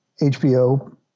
HBO